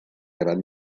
gran